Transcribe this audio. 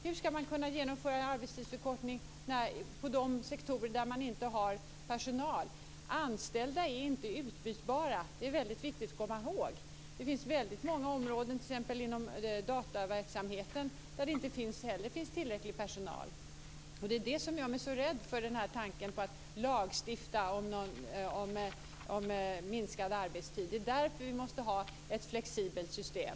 Hur skall man kunna genomföra arbetstidsförkortning i de sektorer där det inte finns personal? Anställda är inte utbytbara, det är väldigt viktigt att komma ihåg. Det finns många andra områden, t.ex. inom databranschen, där det inte heller finns tillräckligt med personal. Det är därför som jag blir så orolig inför tanken på att lagstifta om förkortad arbetstid. Det är därför som vi måste ha ett flexibelt system.